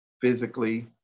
physically